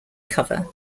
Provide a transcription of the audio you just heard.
cover